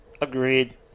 Agreed